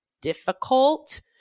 difficult